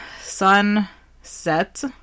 sun-set